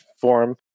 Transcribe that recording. forum